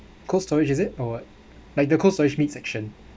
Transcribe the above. Cold Storage is it or what like the Cold Storage meat section